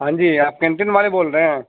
ہان جی آپ کینٹین والے بول رہے ہیں